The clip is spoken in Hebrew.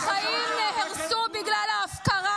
די כבר,